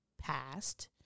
past